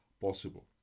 possible